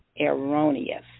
erroneous